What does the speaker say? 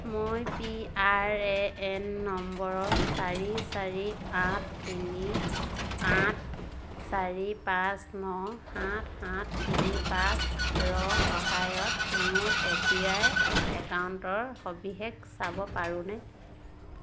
মই P R A N নম্বৰৰ চাৰি চাৰি আঠ তিনি আঠ চাৰি পাঁচ ন সাত সাত তিনি পাঁচৰ সহায়ত মোৰ এ পি আই একাউণ্টৰ সবিশেষ চাব পাৰোঁনে